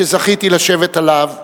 שזכיתי לשבת עליו,